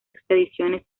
expediciones